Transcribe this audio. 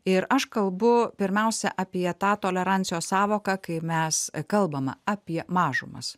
ir aš kalbu pirmiausia apie tą tolerancijos sąvoką kai mes kalbama apie mažumas